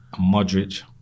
Modric